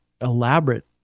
elaborate